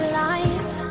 life